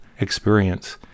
experience